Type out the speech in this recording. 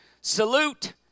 salute